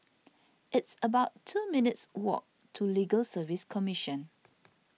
it's about two minutes' walk to Legal Service Commission